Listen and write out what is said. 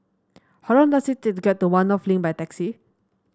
how long does it take to get to One North Link by taxi